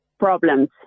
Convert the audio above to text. Problems